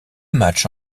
matchs